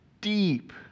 deep